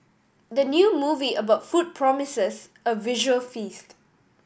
the new movie about food promises a visual feast